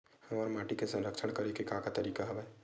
हमर माटी के संरक्षण करेके का का तरीका हवय?